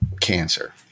cancer